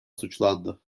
suçlandı